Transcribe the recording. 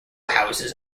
houses